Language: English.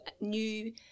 new